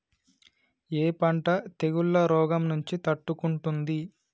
ఏ పంట తెగుళ్ల రోగం నుంచి తట్టుకుంటుంది?